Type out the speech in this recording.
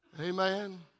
Amen